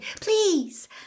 Please